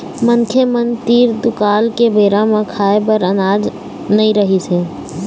मनखे मन तीर दुकाल के बेरा म खाए बर अनाज नइ रिहिस हे